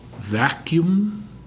vacuum